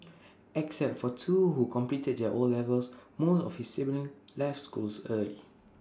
except for two who completed their O levels most of his siblings left schools early